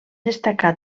destacar